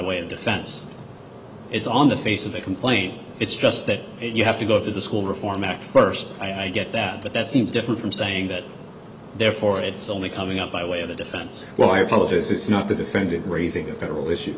way of defense it's on the face of the complaint it's just that you have to go to the school reform act first i get that but that seems different from saying that therefore it's only coming up by way of the defense well i apologise it's not the defendant raising a federal issue